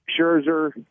Scherzer